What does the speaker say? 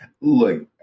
look